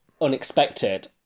unexpected